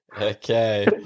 Okay